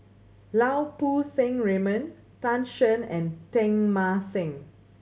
Lau Poo Seng Raymond Tan Shen and Teng Mah Seng